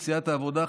סיעת העבודה,